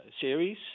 series